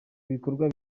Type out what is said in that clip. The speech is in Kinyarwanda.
ibikorwa